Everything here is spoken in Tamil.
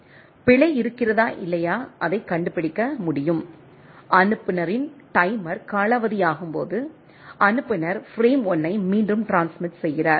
பிழை இருக்கிறதா இல்லையாஅதை கண்டுபிடிக்க முடியும் அனுப்புநரின் டைமர் காலாவதியாகும் போது அனுப்புநர் பிரேம் 1 ஐ மீண்டும் ட்ரான்ஸ்மிட் செய்கிறார்